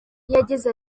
yagize